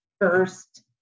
first